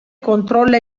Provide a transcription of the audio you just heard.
controlla